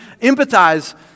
empathize